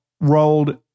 rolled